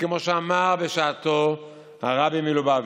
כמו שאמר בשעתו הרבי מלובביץ',